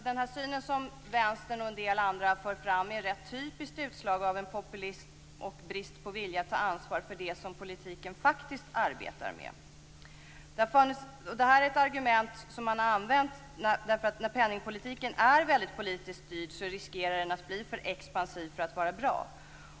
Den här synen som Vänstern och en del andra för fram är ett rätt typiskt utslag av populism och brist på vilja att ta ansvar för det som politiken faktiskt arbetar med. Det här är ett argument som man har använt, för när penningpolitiken är väldigt politiskt styrd riskerar den att bli för expansiv för att vara bra.